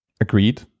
Agreed